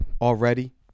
Already